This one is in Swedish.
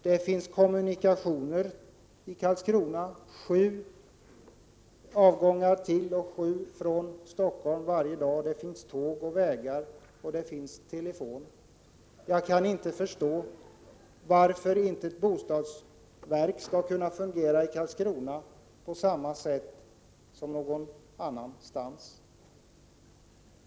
Det finns kommunikationer i Karlskrona: det finns sju avgångar till och sju avgångar från Stockholm med flyg varje dag, det finns tåg, det finns vägar och det finns telefon. Jag kan inte förstå varför inte ett bostadsverk skall kunna fungera i Karlskrona på samma sätt som någon annanstans.